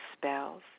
spells